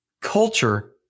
culture